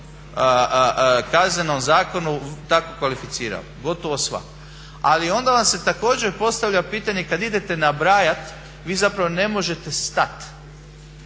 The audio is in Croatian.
Kaznenom zakonu tako kvalificirala, gotovo sva. Ali onda vam se također postavlja pitanje kad idete nabrajati vi zapravo ne možete stati